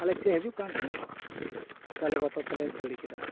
ᱟᱞᱮ ᱥᱮᱫ ᱮ ᱦᱤᱡᱩᱜ ᱠᱟᱱ ᱛᱟᱦᱮᱸᱱᱟ ᱟᱫᱚᱞᱮ ᱵᱚᱛᱚᱨ ᱛᱮᱞᱮ ᱫᱟᱹᱲ ᱠᱮᱫᱟ